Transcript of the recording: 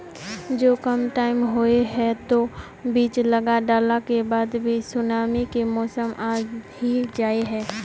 जो कम टाइम होये है वो बीज लगा डाला के बाद भी सुनामी के मौसम आ ही जाय है?